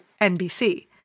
NBC